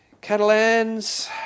Catalans